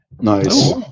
Nice